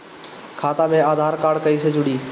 खाता मे आधार कार्ड कईसे जुड़ि?